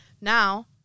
Now